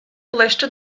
ближче